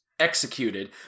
executed